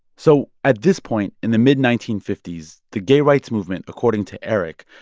so at this point in the mid nineteen fifty s, the gay rights movement, according to eric,